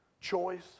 choice